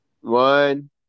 One